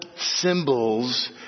symbols